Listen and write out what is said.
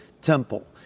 temple